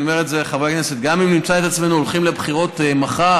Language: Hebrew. אני אומר את זה לחברי הכנסת: גם אם נמצא את עצמנו הולכים לבחירות מחר,